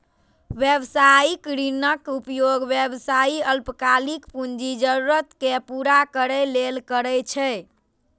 व्यावसायिक ऋणक उपयोग व्यवसायी अल्पकालिक पूंजी जरूरत कें पूरा करै लेल करै छै